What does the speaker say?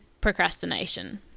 procrastination